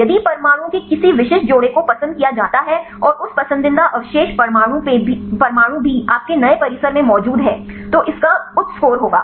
यदि परमाणुओं के किसी विशिष्ट जोड़े को पसंद किया जाता है और उस पसंदीदा अवशेष परमाणु भी आपके नए परिसर में मौजूद हैं तो इसका उच्च स्कोर होगा